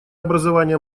образование